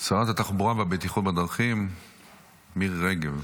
שרת התחבורה והבטיחות בדרכים מירי רגב.